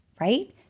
right